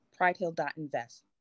pridehill.invest